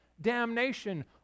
damnation